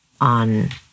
on